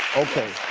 okay,